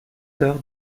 heures